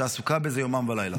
שעסוקה בזה יומם ולילה.